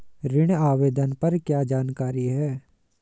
ऋण आवेदन पर क्या जानकारी है?